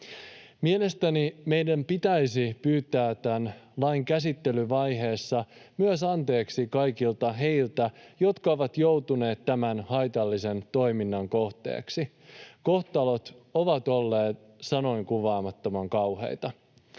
Mielestäni meidän pitäisi pyytää tämän lain käsittelyvaiheessa myös anteeksi kaikilta heiltä, jotka ovat joutuneet tämän haitallisen toiminnan kohteeksi. Kohtalot ovat olleet sanoin kuvaamattoman kauheita.